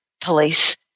police